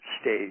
stage